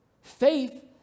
Faith